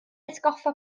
atgoffa